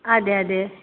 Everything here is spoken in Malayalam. അതെ അതെ